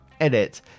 Edit